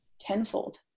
tenfold